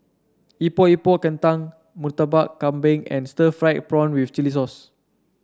Epok Epok Kentang Murtabak Kambing and Stir Fried Prawn with Chili Sauce